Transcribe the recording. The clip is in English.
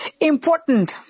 important